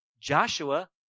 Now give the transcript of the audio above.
Joshua